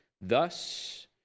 Thus